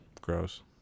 Gross